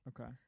Okay